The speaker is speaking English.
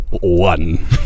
one